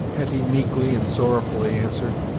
hetty meekly and sorrowfully answered.